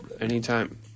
Anytime